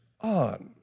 on